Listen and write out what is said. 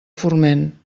forment